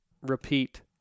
repeat